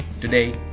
Today